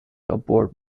aboard